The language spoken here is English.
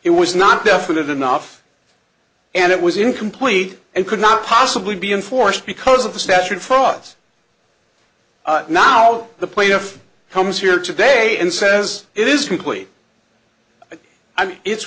it was not definite enough and it was incomplete and could not possibly be enforced because of the statute frauds now the plaintiff comes here today and says it is complete i mean it's